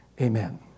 Amen